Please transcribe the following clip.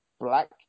Black